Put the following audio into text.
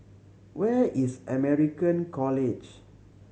where is American College